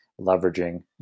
leveraging